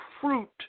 fruit